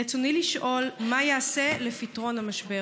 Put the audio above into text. רצוני לשאול: מה ייעשה לפתרון המשבר?